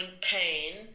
pain